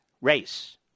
race